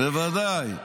בוודאי.